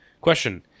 Question